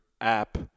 app